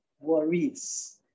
worries